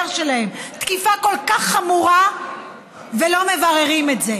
שלהם תקיפה כל כך חמורה ולא מבררים את זה?